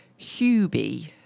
Hubie